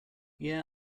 yeah